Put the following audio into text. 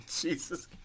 Jesus